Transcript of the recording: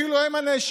כאילו הם הנאשמים.